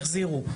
החזירו.